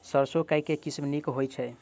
सैरसो केँ के किसिम नीक होइ छै?